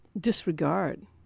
disregard